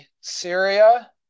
Syria